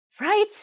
Right